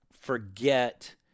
forget